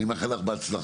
אני מאחל לך בהצלחה.